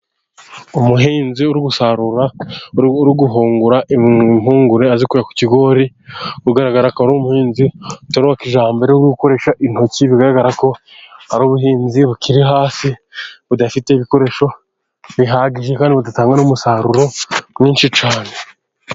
Umuhinzi uri gusarura, uri guhungura impungure azikuye ku kigori, bigaragara ko ari umuhinzi utari uwa kijyambere, ari gukoresha intoki, bigaragara ko ari ubuhinzi bukiri hasi budafite ibikoresho bihagije, kandi budatanga umusaruro mwinshi cyane.